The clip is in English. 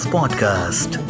Podcast